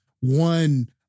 one